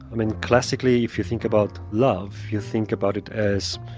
um and classically if you think about love, you think about it as